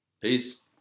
Peace